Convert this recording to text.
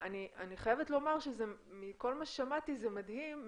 אני חייבת לומר שמכל מה ששמעתי זה מדהים,